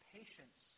patience